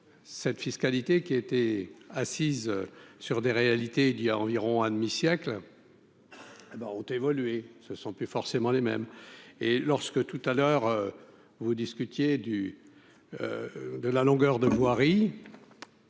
cette fiscalité qui était assise sur des réalités, il y a environ un demi siècle, hé ben ont évolué, ce ne sont plus forcément les mêmes, et lorsque tout à l'heure vous discutiez du de la longueur de voirie